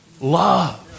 love